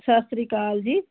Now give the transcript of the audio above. ਸਤਿ ਸ਼੍ਰੀ ਅਕਾਲ ਜੀ